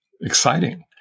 exciting